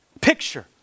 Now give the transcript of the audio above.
Picture